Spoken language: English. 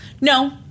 no